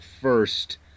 first